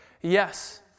yes